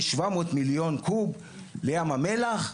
כ- 700 מיליון קוב לים המלח,